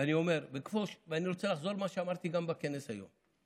אני רוצה לחזור גם על מה שאמרתי בכנס היום: